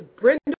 Brenda